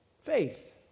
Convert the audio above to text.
Faith